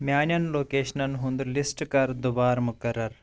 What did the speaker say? میانین لوکیشنن ہُند لسٹ کر دُبارٕ مقرر